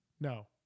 No